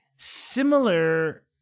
Similar